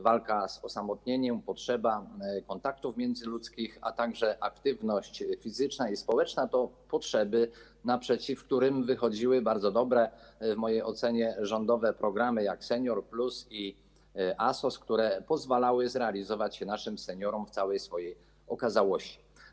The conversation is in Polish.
Walka z osamotnieniem, potrzeba kontaktów międzyludzkich, a także aktywność fizyczna i społeczna to potrzeby, naprzeciw którym wychodziły bardzo dobre w mojej ocenie rządowe programy takie jak „Senior+” i ASOS, które pozwalały realizować się naszym seniorom w całej swojej okazałości.